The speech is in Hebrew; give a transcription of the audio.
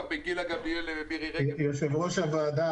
יושב-ראש הוועדה,